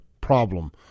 problem